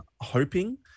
hoping